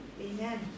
Amen